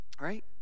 Right